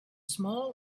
small